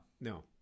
no